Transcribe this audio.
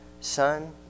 son